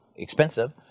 expensive